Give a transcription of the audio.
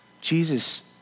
Jesus